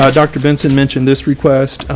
ah dr. benson mentioned this request,